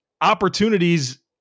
opportunities